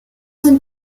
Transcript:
sind